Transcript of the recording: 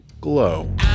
glow